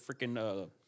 freaking